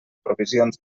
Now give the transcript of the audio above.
provisions